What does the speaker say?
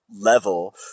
level